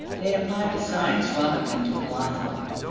they apply to science rather than to philosophy.